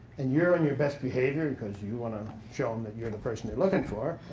and you're on your best behavior, because you you want to show them that you're the person they're looking for.